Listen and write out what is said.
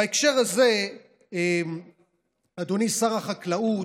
בהקשר הזה, אדוני שר החקלאות,